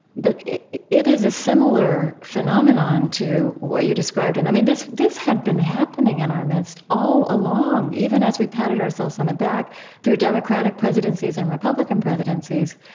but it it is a similar phenomenon to what you described. and i mean this this had been happening in our midst all along, even as we patted ourselves on the back through democratic presidencies and republican presidencies,